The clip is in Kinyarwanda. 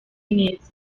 neza